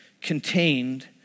contained